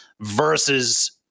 versus